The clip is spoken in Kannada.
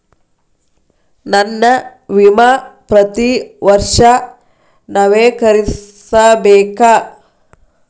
ನನ್ನ ವಿಮಾ ಪ್ರತಿ ವರ್ಷಾ ನವೇಕರಿಸಬೇಕಾ?